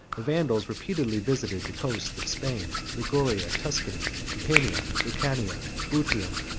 the vandals repeatedly visited the coasts of spain, liguria, tuscany, campania, lucania, bruttium,